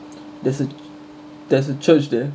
there's a there's a church there